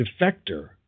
defector